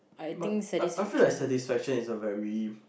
but but I feel that satisfaction is a very